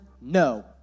no